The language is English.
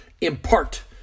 impart